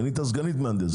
מינתה סגנית מהנדס.